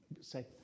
say